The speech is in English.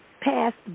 passed